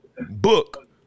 book